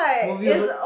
movie also